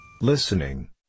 Listening